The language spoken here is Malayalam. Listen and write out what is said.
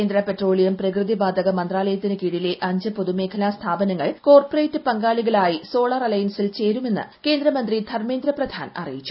കേന്ദ്ര പെട്രോളിയം പ്രകൃതിവാതക മ്രന്താല്യത്തിന് കീഴിലെ അഞ്ച് പൊതുമേഖലാ സ്ഥാപനങ്ങൾ കോർപ്പറേറ്റ് പങ്കാളികളായി സോളാർ അലയൻസിൽ ചേരുമെന്ന് കേന്ദ്ര മന്ത്രി ധർമ്മേന്ദ്ര പ്രധാൻ അറിയിച്ചു